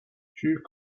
hughes